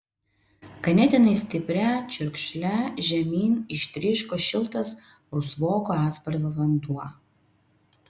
ganėtinai stipria čiurkšle žemyn ištryško šiltas rusvoko atspalvio vanduo